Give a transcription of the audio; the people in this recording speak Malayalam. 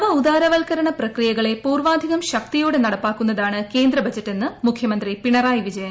നവ ഉദാരവൽക്കരണ പ്രക്രിയ്ക്കളെ ്പൂർവാധികം ശക്തിയോടെ നടപ്പാക്കുന്നതാണ് കേന്ദ്ര ബ്ജ്ജ് മുഖ്യമന്ത്രി പിണറായി വിജയൻ